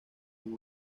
con